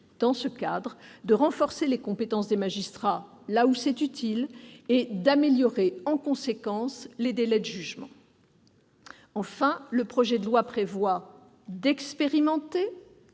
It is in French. de permettre de renforcer les compétences des magistrats là où c'est utile et d'améliorer en conséquence les délais de jugement. Enfin, le projet de loi prévoit d'expérimenter